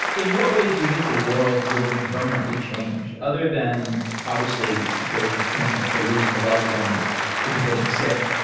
in what ways do you think the world will be permanently changed other than obviously there is the potential for losing a loved one or people getting sick?